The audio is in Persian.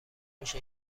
میشه